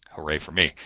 hooray! for me.